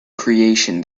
creation